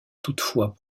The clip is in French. toutefois